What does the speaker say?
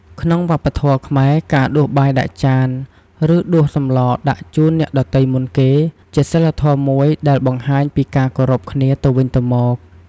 ក្នុងវប្បធម៌ខ្មែរ ការដួសបាយដាក់ចាន ឬដួសសម្លរដាក់ជូនអ្នកដទៃមុនគេ ជាសីលធម៌មួយដែលបង្ហាញពីការគោរពគ្នាទៅវិញទៅមក។